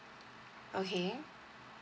okay